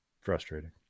Frustrating